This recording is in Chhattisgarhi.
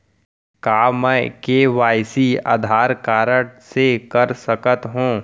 का मैं के.वाई.सी आधार कारड से कर सकत हो?